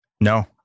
No